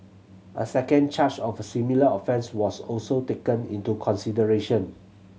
a second charge of similar offence was also taken into consideration